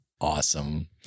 Awesome